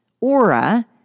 aura